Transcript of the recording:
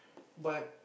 but